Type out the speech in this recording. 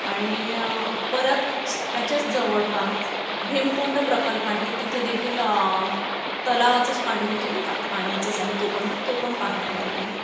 आणि परत त्याच्याच जवळपास भीमकुंड प्रकल्प आहे तिथे देखील तलावाचंच पाणी म्हणजे नाही का पाण्याचंच आहे तो पण भाग तो पण पाहण्यालायक आहे